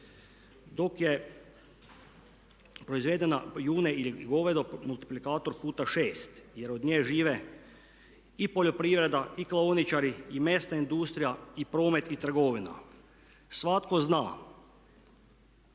dok je proizvedeno june ili govedo multiplikator puta 6 jer od nje žive i poljoprivreda i klaoničari i mesna industrija i promet i trgovina. Svatko zna